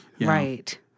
right